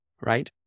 right